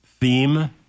theme